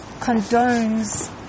condones